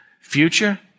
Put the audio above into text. future